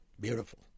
Beautiful